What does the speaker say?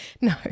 No